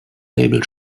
label